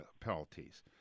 penalties